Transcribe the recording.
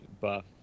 Buff